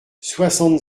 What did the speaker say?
soixante